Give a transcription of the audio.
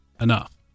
enough